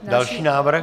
Další návrh.